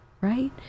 right